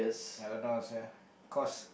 I don't know sia cause